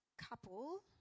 couple